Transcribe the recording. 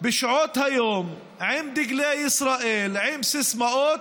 בשעות היום עם דגלי ישראל, עם סיסמאות.